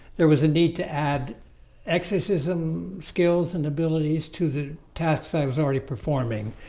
there was a need to add exorcism skills and abilities to the tests. i was already performing.